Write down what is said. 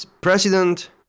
President